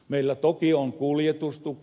meillä toki on kuljetustuki